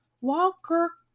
Walker